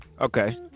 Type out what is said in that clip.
Okay